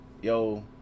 yo